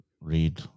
read